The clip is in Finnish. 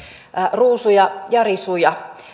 ruusuja ja risuja